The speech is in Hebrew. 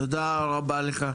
הפריפריאליות.